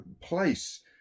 place